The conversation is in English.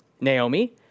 Naomi